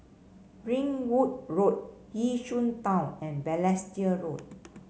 Ringwood Road Yishun Town and Balestier Road